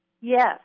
Yes